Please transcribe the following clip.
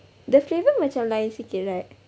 the flavour macam lain sikit right